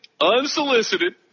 Unsolicited